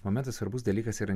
momentas svarbus dalykas yra